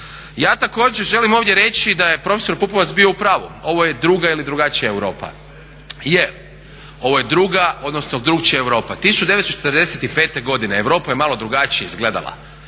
Ja također želim ovdje reći da je profesor Pupovac bio u pravu, ovo je druga ili drugačija Europa. Je, ovo je drukčija Europa. 1945. Europa je malo drugačije izgledala